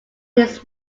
his